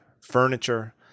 furniture